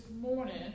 morning